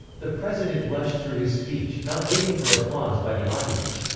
the president rushed through his speech, not waiting for applause by the audience.